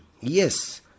yes